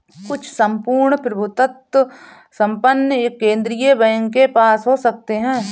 कुछ सम्पूर्ण प्रभुत्व संपन्न एक केंद्रीय बैंक के पास हो सकते हैं